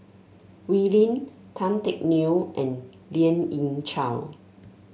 Wee Lin Tan Teck Neo and Lien Ying Chow